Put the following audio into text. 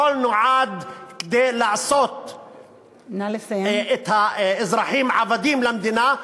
הכול נועד לעשות את האזרחים עבדים למדינה,